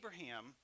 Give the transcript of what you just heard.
Abraham